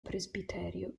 presbiterio